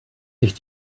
sich